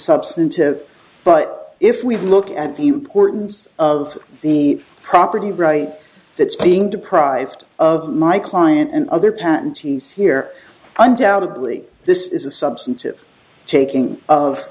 substantive but if we look at the importance of the property right that's being deprived of my client and other panties here undoubtedly this is a substantive taking of